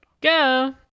Go